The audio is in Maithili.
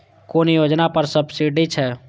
कुन योजना पर सब्सिडी छै?